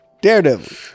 Daredevil